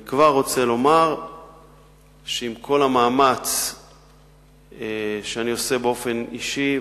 אני כבר רוצה לומר שעם כל המאמץ שאני עושה באופן אישי,